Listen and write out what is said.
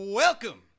welcome